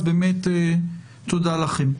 אז באמת תודה לכם.